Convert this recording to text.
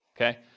okay